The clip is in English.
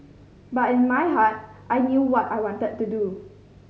but in my heart I knew what I wanted to do